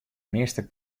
measte